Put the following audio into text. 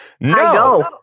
No